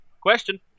Question